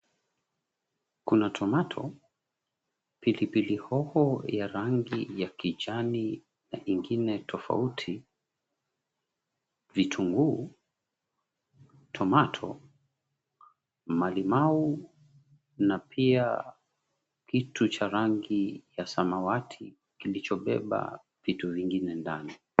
Kuna tomato , pilipili hoho ya rangi ya kijani na ingine tofauti, vitunguu, malimau, na pia kitu cha rangi ya samawati kilichobeba vitu vingine ndani.